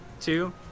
two